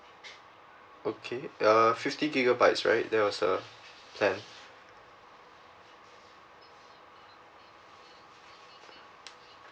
okay uh fifty gigabytes right there was a plan